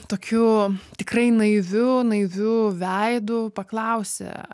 tokiu tikrai naiviu naiviu veidu paklausė